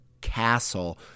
castle